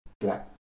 black